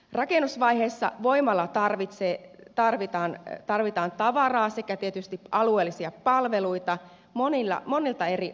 rakennusvaiheessa voimalaan tarvitaan tavaraa sekä tietysti alueellisia palveluita monilta eri aloilta